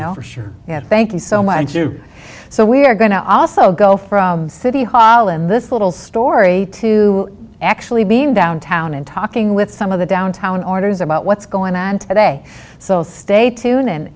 know for sure and thank you so much so we're going to also go from city hall in this little story to actually being downtown and talking with some of the downtown orders about what's going on and they say so stay tune and